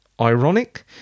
ironic